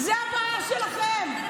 זו הבעיה שלכן.